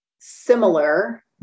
similar